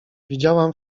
widziałam